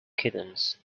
kittens